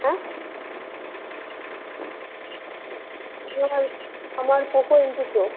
হ্যাঁ E M I আমার Poco M two pro